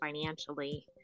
financially